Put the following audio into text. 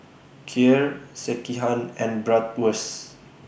Kheer Sekihan and Bratwurst